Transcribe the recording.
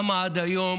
למה עד היום